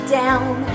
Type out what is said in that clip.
down